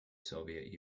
soviet